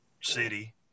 city